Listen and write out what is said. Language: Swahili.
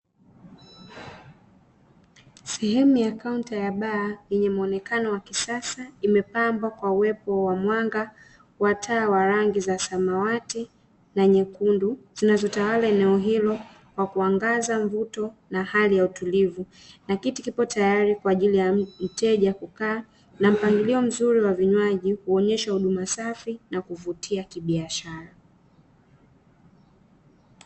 Sehemu ya kaunta ya baa yenye muonekano wa kisasa, imepambwa kwa uwepo wa mwanga wa taa wa rangi za samawati na nyekundu, zinazotawala eneo hilo kwa kuangaza mvuto na hali ya utulivu, na kiti kipo tayari kwa ajili ya mteja kukaa na mpangilio mzuri wa vinywaji, kuonyesha huduma safi na kuvutia kibiashara.